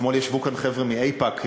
אתמול ישבו כאן חבר'ה מאיפא"ק,